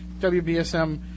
WBSM